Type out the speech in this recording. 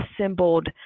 assembled